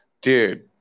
dude